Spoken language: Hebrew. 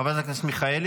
חברת הכנסת מיכאלי,